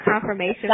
confirmation